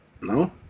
No